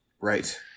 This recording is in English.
Right